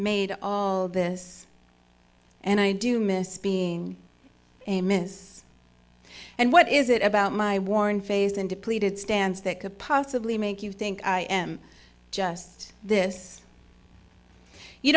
made all this and i do miss being a miss and what is it about my worn face and depleted stands that could possibly make you think i am just this you